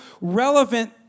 relevant